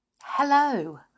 hello